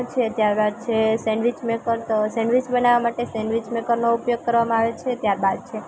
છે ત્યારબાદ છે સેન્ડવીચ મેકર તો સેન્ડવીચ બનાવા માટે સેન્ડવીચ મેકરનો ઉપયોગ કરવામાં આવે છે ત્યારબાદ છે